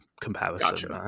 comparison